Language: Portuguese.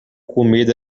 comida